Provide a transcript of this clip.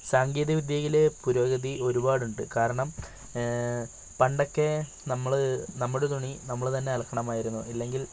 സാങ്കേതിക വിദ്യയിൽ പുരോഗതി ഒരുപാടുണ്ട് കാരണം പണ്ടൊക്കെ നമ്മൾ നമ്മുടെ തുണി നമ്മൾ തന്നെ അലക്കണമായിരുന്നു ഇല്ലെങ്കിൽ